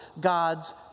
God's